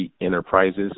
Enterprises